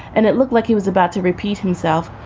and it looked like he was about to repeat himself.